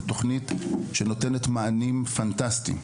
זאת תוכנית שנותנת מענים פנטסטיים,